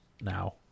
now